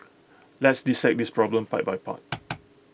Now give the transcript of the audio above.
let's dissect this problem part by part